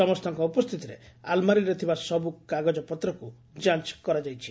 ସମସ୍ତଙ୍କ ଉପସ୍ଥିତିରେ ଆଲ୍ମାରିରେ ଥିବା ସବୁ କାଗଜପତ୍ରକୁ ଯାଞ କରାଯାଉଛି